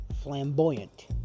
flamboyant